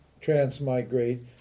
transmigrate